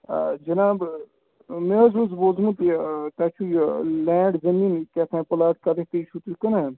آ جِناب مےٚ حظ اوس بوٗزمُت یہِ تۄہہِ چھُو یہِ لینٛڈ زٔمیٖن کیٛاہ تھام پٕلاٹ کَتٮ۪تھ تُہۍ چھُو تُہۍ کٕنان